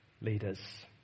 leaders